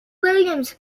williams